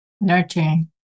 Nurturing